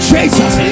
Jesus